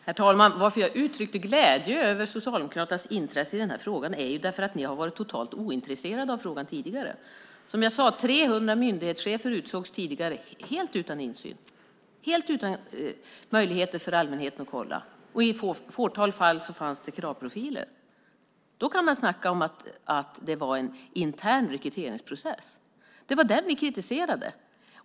Herr talman! Varför jag uttrycker glädje över Socialdemokraternas intresse i den här frågan är att ni har varit totalt ointresserade av den tidigare. Som jag sade utsågs tidigare 300 myndighetschefer helt utan insyn, helt utan möjligheter för allmänheten att kolla. Och i ett fåtal fall fanns det kravprofiler. Där kan man snacka om att det var en intern rekryteringsprocess. Det var den vi kritiserade.